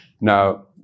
Now